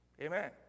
Amen